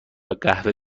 قهوه